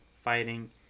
fighting